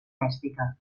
domèstica